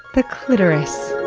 the clitoris,